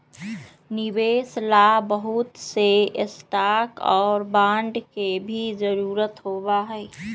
निवेश ला बहुत से स्टाक और बांड के भी जरूरत होबा हई